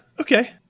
Okay